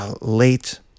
Late